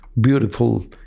Beautiful